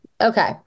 Okay